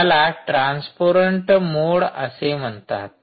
याला transparent mode असे म्हणतात